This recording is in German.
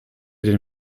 den